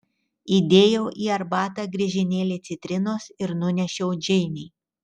įdėjau į arbatą griežinėlį citrinos ir nunešiau džeinei